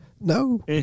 No